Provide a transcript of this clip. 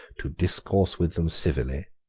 to discourse with them civilly,